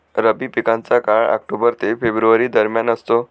रब्बी पिकांचा काळ ऑक्टोबर ते फेब्रुवारी दरम्यान असतो